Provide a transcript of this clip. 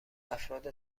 افراد